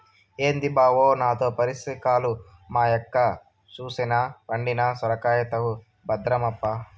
ఏంది బావో నాతో పరాసికాలు, మా యక్క సూసెనా పండిన సొరకాయైతవు భద్రమప్పా